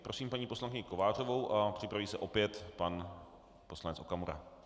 Prosím paní poslankyní Kovářovou a připraví se opět pan poslanec Okamura.